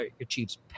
achieves